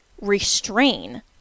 restrain